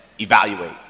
evaluate